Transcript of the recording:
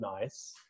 nice